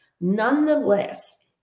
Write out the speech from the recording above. Nonetheless